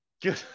Good